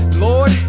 Lord